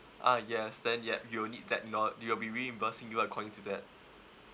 ah yes then yup you will need that note we will be reimbursing you according to that